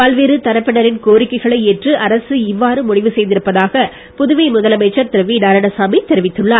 பல்வேறு தரப்பினரின் கோரிக்கைகளை ஏற்று அரசு இவ்வாறு முடிவு செய்திருப்பதாக புதுவை முதலமைச்சர் திரு வி நாராயணசாமி தெரிவித்துள்ளார்